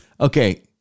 Okay